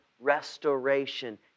restoration